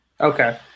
Okay